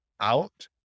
out